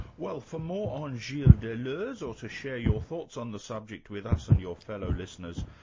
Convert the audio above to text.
well for more on gilles deleuze, or to share your thoughts on the subject with us and your fellow listeners,